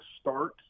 start